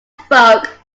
spoke